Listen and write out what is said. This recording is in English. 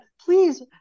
please